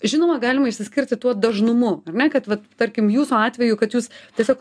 žinoma galima išsiskirti tuo dažnumu ar ne kad vat tarkim jūsų atveju kad jūs tiesiog